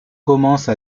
commence